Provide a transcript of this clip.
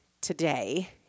today